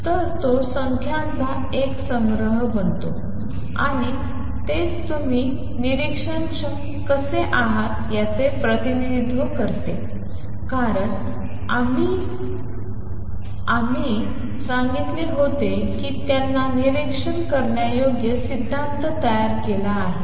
तर तो संख्यांचा एक संग्रह बनतो आणि तेच तुम्ही निरिक्षणक्षम कसे आहात याचे प्रतिनिधित्व करते कारण आधी मी सांगितले होते की त्यांनी निरीक्षण करण्यायोग्य सिद्धांत तयार केला आहे